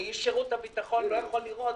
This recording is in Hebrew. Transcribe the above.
אני איש שירות הביטחון לא יכול לראות